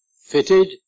fitted